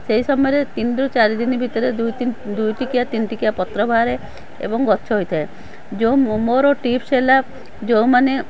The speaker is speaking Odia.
ସେଇ ସମୟରେ ତିନିରୁ ଚାରି ଦିନ ଭିତିରେ ଦୁଇ ତିନି ଦୁଇ ଟିକିଆ ତିନି ଟିକିଆ ପତ୍ର ବାହାରେ ଏବଂ ଗଛ ହୋଇଥାଏ ଯେଉଁ ମୋର ଟିପ୍ସ ହେଲା ଯେଉଁମାନେ